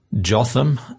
Jotham